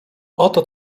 oto